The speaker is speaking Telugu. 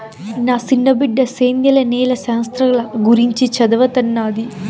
నా సిన్న బిడ్డ సేద్యంల నేల శాస్త్రంల గురించి చదవతన్నాది